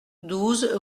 douze